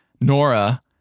Nora